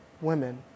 women